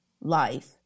life